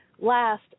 last